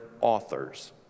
authors